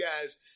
guys